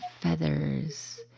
feathers